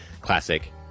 Classic